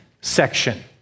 section